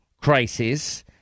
crisis